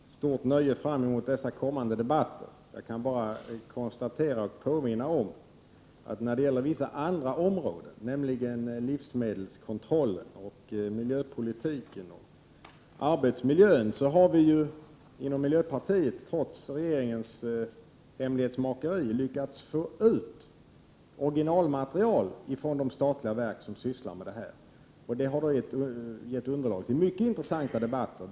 Herr talman! Jag ser med stort intresse fram emot dessa kommande debatter. Jag vill nu bara påminna om att när det gäller vissa andra områden, nämligen livsmedelskontrollen, miljöpolitiken och arbetsmiljön, har vi inom miljöpartiet trots regeringens hemlighetsmakeri lyckats få ut orginalmaterial från de statliga verk som sysslar med dessa frågor. Det har gett underlag för mycket intressanta debatter.